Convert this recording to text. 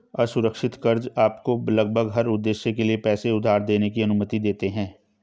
असुरक्षित कर्ज़ आपको लगभग हर उद्देश्य के लिए पैसे उधार लेने की अनुमति देते हैं